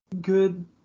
good